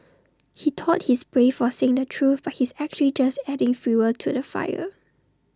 he thought he's brave for saying the truth but he's actually just adding fuel to the fire